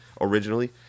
originally